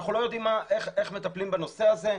לא יודעים איך מטפלים בנושא הזה,